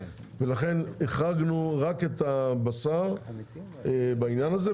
ולכן החרגנו רק את הבשר בעניין הזה.